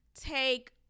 take –